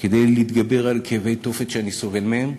כדי להתגבר על כאבי תופת שאני סובל מהם,